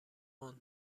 ماند